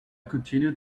continued